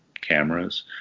cameras